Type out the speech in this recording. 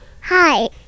Hi